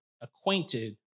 acquainted